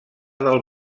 del